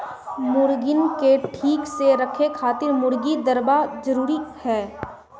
मुर्गीन के ठीक से रखे खातिर मुर्गी दरबा जरूरी हअ